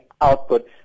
output